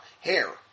hair